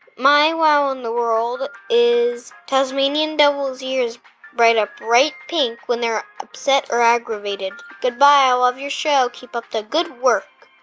my wow in the world is tasmanian devils' ears bright up bright pink when they're upset or aggravated. goodbye. i love your show. keep up the good work